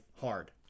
hard